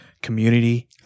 Community